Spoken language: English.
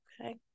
okay